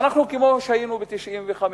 אנחנו כמו שהיינו ב-1995,